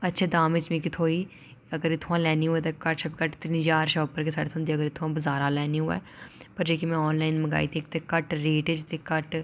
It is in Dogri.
अच्छे दाम च मिकी थ्होई अगर इत्थुआं लैनी होऐ ते घट्ट शा घट्ट तिन्न ज्हार शा उप्पर गै साह्ड़ी थ्होंदी अगर इत्थुआं बजारे आनलाइन मंगाई इक ते घट्ट रेट च ते घट्ट